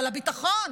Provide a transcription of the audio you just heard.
אבל לביטחון?